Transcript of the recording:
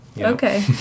Okay